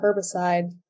herbicide